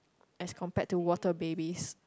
as compared to water babies